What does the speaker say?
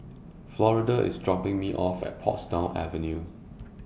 Florida IS dropping Me off At Portsdown Avenue